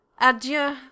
Adieu